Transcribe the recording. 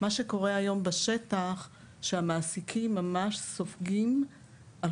מה שקורה היום בשטח הוא שהמעסיקים ממש סופגים על